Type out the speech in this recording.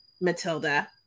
Matilda